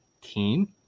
team